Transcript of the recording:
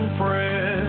friends